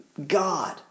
God